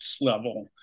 level